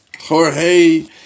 Jorge